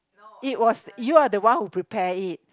it was you are the one who prepare it